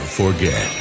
forget